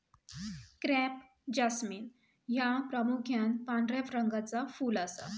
crape jasmine ह्या प्रामुख्यान पांढऱ्या रंगाचा फुल असा